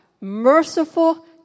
merciful